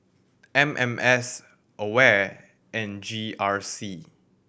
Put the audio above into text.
M M S AWARE and G R C